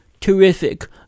Terrific